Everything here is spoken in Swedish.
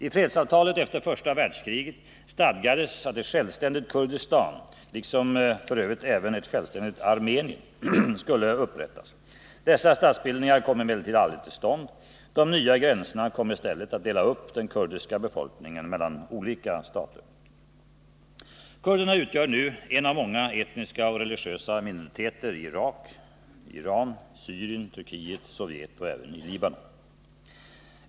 I fredsavtalet efter första världskriget stadgades att ett självständigt Kurdistan liksom i övrigt även ett självständigt Armenien skulle upprättas. Dessa statsbildningar kom emellertid aldrig till stånd. De nya gränserna kom i stället att dela upp den kurdiska befolkningen mellan olika stater. Kurderna utgör nu en av många etniska och religiösa minoriteter i Irak, Iran, Syrien, Turkiet, Sovjet och även i Libanon.